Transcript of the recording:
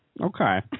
Okay